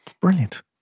brilliant